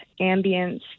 ambience